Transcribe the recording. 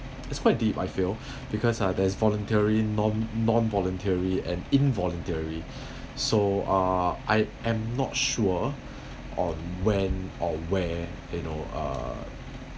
it's quite deep I feel because uh there is voluntary non non voluntary and involuntary so uh I am not sure on when or where you know uh